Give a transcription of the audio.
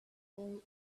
all